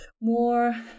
more